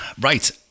Right